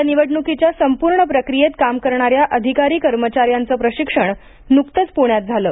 या निवडणुकीच्या संपूर्ण प्रक्रियेत काम करणाऱ्या अधिकारी कर्मचाऱ्यांचं प्रशिक्षण नुकतंच पुण्यात झालं